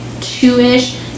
two-ish